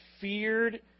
feared